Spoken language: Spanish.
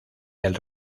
del